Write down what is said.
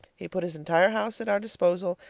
he put his entire house at our disposal,